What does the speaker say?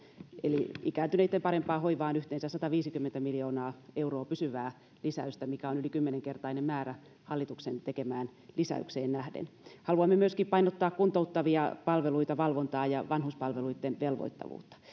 eli ikääntyneitten parempaan hoivaan yhteensä sataviisikymmentä miljoonaa euroa pysyvää lisäystä mikä on yli kymmenen kertainen määrä hallituksen tekemään lisäyksen nähden haluamme myöskin painottaa kuntouttavia palveluita valvontaa ja vanhuspalveluitten velvoittavuutta